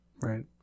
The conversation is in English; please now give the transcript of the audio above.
right